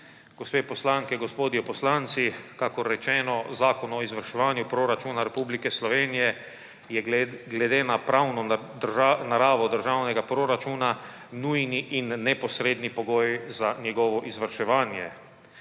Gospe poslanke, gospodje poslanci! Kakor rečeno, zakon o izvrševanju Proračuna Republike Slovenije je glede na pravno naravo državnega proračuna nujni in neposredni pogoj za njegovo izvrševanje.